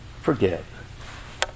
forgive